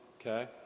okay